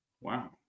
Wow